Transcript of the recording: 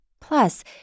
Plus